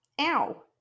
Ow